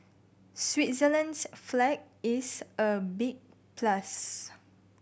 switzerland's flag is a big plus